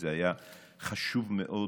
זה היה חשוב מאוד,